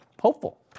hopeful